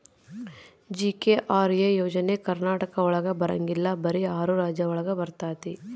GKRA ಯೋಜನೆ ಕರ್ನಾಟಕ ಒಳಗ ಬರಂಗಿಲ್ಲ ಬರೀ ಆರು ರಾಜ್ಯ ಒಳಗ ಬರ್ತಾತಿ